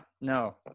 no